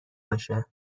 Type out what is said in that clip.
باشه